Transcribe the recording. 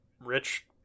rich